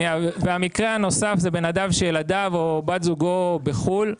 והמקרה הנוסף זה בן אדם שילדיו או בת זוגו בחו"ל.